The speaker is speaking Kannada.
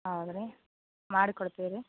ಹೌದ್ರಿ ಮಾಡಿ ಕೊಡ್ತೀವಿ ರೀ